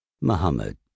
Muhammad